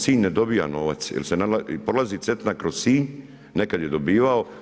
Sinj ne dobiva novac jer se prolazi Cetina kroz Sinj, nekad je dobivao.